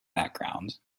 background